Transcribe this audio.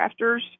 crafters